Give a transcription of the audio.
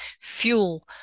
fuel